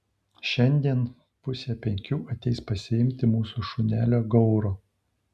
šiandien pusę penkių ateis pasiimti mūsų šunelio gauro